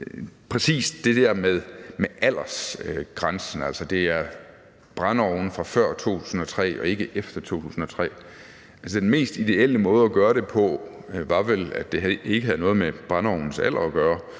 præcis det der med aldersgrænsen, altså at det er brændeovne fra før 2003 og ikke fra efter 2003. Altså, den mest ideelle måde at gøre det på ville vel være, at det ikke havde noget med brændeovnens alder at gøre,